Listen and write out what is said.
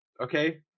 okay